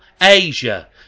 Asia